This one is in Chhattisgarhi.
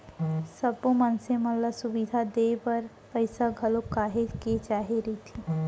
सब्बो मनसे मन ल सुबिधा देवाय बर पइसा घलोक काहेच के चाही रहिथे